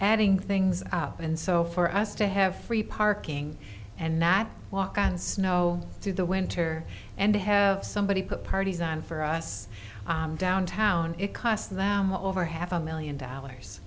adding things up and so for us to have free parking and not walk on snow through the winter and have somebody put parties on for us downtown it cost them over half a million dollars